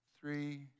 three